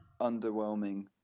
underwhelming